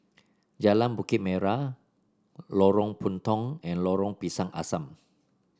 Jalan Bukit Merah Lorong Puntong and Lorong Pisang Asam